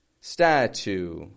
Statue